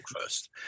first